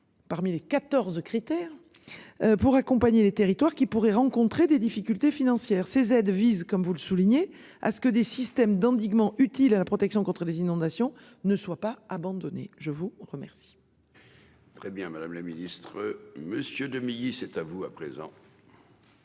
Parmi les 14 critères. Pour accompagner les territoires qui pourraient rencontrer des difficultés financières ces aides vise comme vous le soulignez à ce que des systèmes d'endiguement utiles à la protection contre les inondations ne soit pas abandonnée. Je vous remercie.